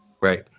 Right